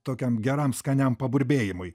tokiam geram skaniam paburbėjimui